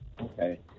Okay